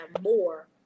more